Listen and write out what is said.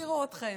תראו אתכם.